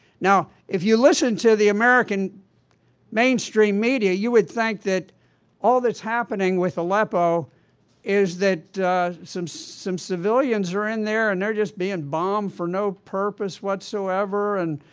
now, if you listen to the american mainstream media, you would think that all that's happening with aleppo is that some some civilians are in there, and they're just being bombed for no purpose whatsoever, and